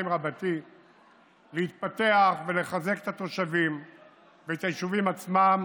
רבתי להתפתח ולחזק את התושבים ואת היישובים עצמם